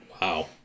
Wow